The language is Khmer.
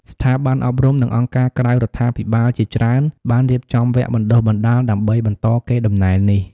ស្ថាប័នអប់រំ និងអង្គការក្រៅរដ្ឋាភិបាលជាច្រើនបានរៀបចំវគ្គបណ្តុះបណ្តាលដើម្បីបន្តកេរដំណែលនេះ។